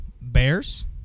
Bears